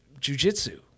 jujitsu